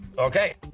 okay,